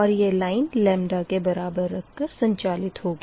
और यह लाइन लेमदा के बराबर रखकर संचालित होगी